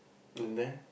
and then